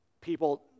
people